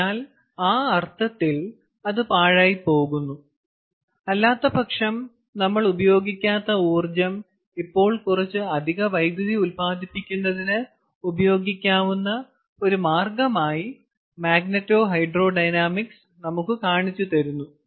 അതിനാൽ ആ അർത്ഥത്തിൽ അത് പാഴായിപ്പോകുന്നു അല്ലാത്തപക്ഷം നമ്മൾ ഉപയോഗിക്കാത്ത ഊർജ്ജം ഇപ്പോൾ കുറച്ച് അധിക വൈദ്യുതി ഉൽപ്പാദിപ്പിക്കുന്നതിന് ഉപയോഗിക്കാവുന്ന ഒരു മാർഗ്ഗമായി മാഗ്നെറ്റോഹൈഡ്രോഡൈനാമിക്സ് നമുക്ക് കാണിച്ചുതരുന്നു